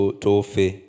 tofe